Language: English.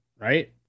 right